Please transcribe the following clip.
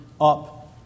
up